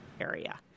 area